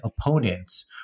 opponents